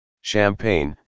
Champagne